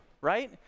right